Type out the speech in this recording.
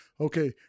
okay